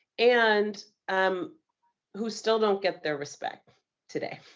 and um who still don't get their respect today.